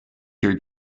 your